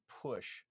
push